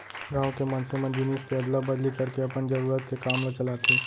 गाँव के मनसे मन जिनिस के अदला बदली करके अपन जरुरत के काम ल चलाथे